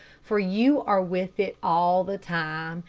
for you are with it all the time,